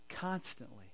constantly